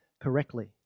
correctly